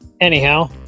anyhow